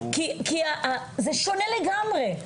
כי זה שונה לגמרי.